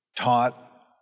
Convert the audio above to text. taught